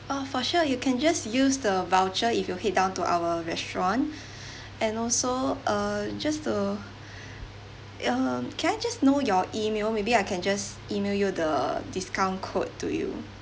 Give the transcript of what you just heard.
oh for sure you can just use the voucher if you head down to our restaurant and also uh just to uh can I just know your email maybe I can just email you the discount code to you